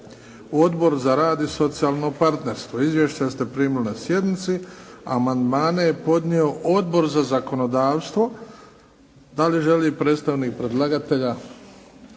Odbor za rad i socijalno partnerstvo. Izvješća ste primili na sjednici. Amandmane je podnio Odbor za zakonodavstvo. Da li želi predstavnik predlagatelja?